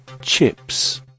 CHIPS